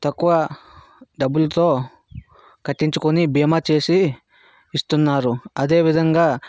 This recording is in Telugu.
తక్కువ డబ్బులతో కట్టించుకోని భీమా చేసి ఇస్తున్నారు అదేవిధంగా